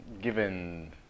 given